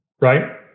Right